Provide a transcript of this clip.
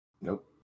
Nope